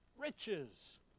Riches